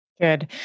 Good